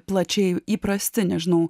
plačiai įprasti nežinau